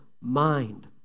mind